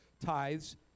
tithes